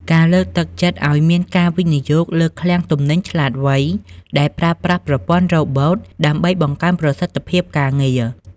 ការលើកទឹកចិត្តឱ្យមានការវិនិយោគលើ "ឃ្លាំងទំនិញឆ្លាតវៃ" ដែលប្រើប្រាស់ប្រព័ន្ធរ៉ូបូត ដើម្បីបង្កើនប្រសិទ្ធភាពការងារ។